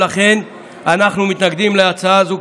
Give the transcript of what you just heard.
ולכן אנחנו מתנגדים להצעה זו,